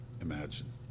Imagine